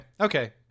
okay